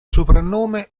soprannome